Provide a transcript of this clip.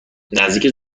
نزدیک